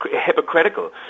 hypocritical